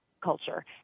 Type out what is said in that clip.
culture